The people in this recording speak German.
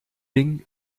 ding